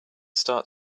start